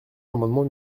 l’amendement